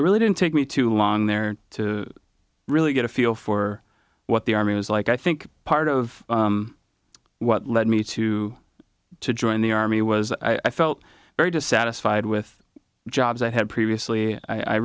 and really didn't take me too long there to really get a feel for what the army was like i think part of what led me to to join the army was i felt very dissatisfied with the jobs i had previously i